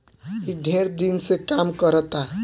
ई ढेर दिन से काम करता